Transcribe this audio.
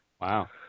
Wow